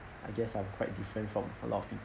I guess I'm quite different from a lot of people